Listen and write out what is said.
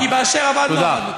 כי כאשר אבדנו אבדנו.